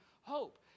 hope